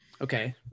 okay